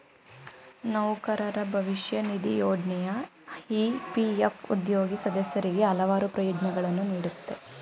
ನೌಕರರ ಭವಿಷ್ಯ ನಿಧಿ ಯೋಜ್ನೆಯು ಇ.ಪಿ.ಎಫ್ ಉದ್ಯೋಗಿ ಸದಸ್ಯರಿಗೆ ಹಲವಾರು ಪ್ರಯೋಜ್ನಗಳನ್ನ ನೀಡುತ್ತೆ